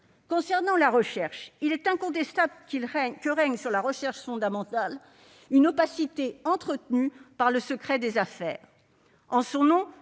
commercialisation. Il est incontestable que règne sur la recherche fondamentale une opacité entretenue par le « secret des affaires